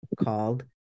called